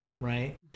right